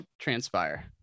transpire